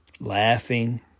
laughing